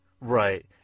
right